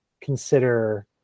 consider